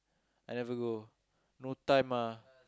I never go no time ah